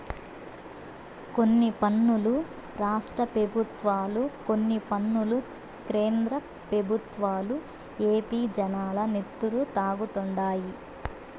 కొన్ని పన్నులు రాష్ట్ర పెబుత్వాలు, కొన్ని పన్నులు కేంద్ర పెబుత్వాలు ఏపీ జనాల నెత్తురు తాగుతండాయి